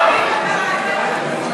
של חבר הכנסת אחמד טיבי,